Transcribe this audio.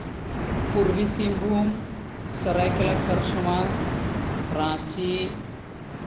Purbi Singhbhum Seraikela Kharsawan Ranchi